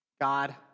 God